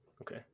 Okay